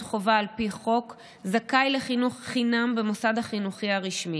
חובה על פי חוק זכאי לחינוך חינם במוסד החינוכי הרשמי.